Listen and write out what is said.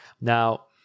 Now